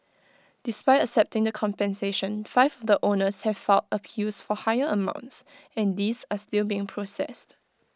despite accepting the compensation five the owners have filed appeals for higher amounts and these are still being processed